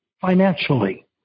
financially